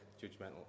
judgmental